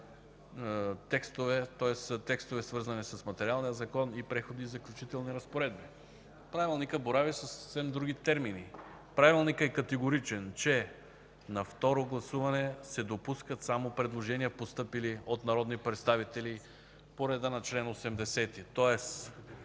текстове, тоест свързани с материалния закон, и Преходните и заключителните разпоредби. Правилникът борави със съвсем други термини. Той е категоричен, че на второ гласуване се допускат само предложения, постъпили от народни представители по реда на чл. 80,